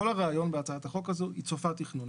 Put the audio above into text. כל הרעיון בהצעת החוק הזאת היא צופה תכנון.